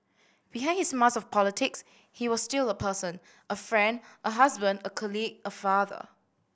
behind his mask of politics he was still a person a friend a husband a colleague a father